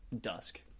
dusk